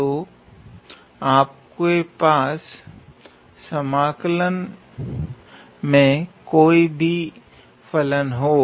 तो आपके पास समाकल में कोए भी फलन हो